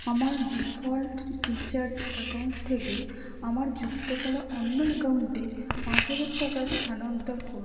আমার default Freecharge account থেকে আমার যুক্ত করা অন্য অ্যাকাউন্টে পাঁচ হাজার টাকা স্থানান্তর করুন